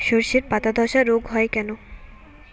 শর্ষের পাতাধসা রোগ হয় কেন?